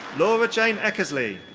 laura jane eckersley.